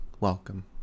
Welcome